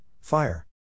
Fire